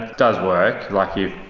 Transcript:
does work, like yeah